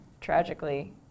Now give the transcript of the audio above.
tragically